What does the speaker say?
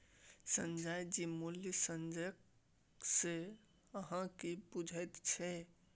संजय जी मूल्य संचय सँ अहाँ की बुझैत छी?